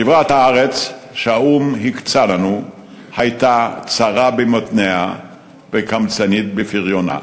כברת הארץ שהאו"ם הקצה לנו הייתה צרה במותניה וקמצנית בפריונה: